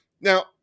Now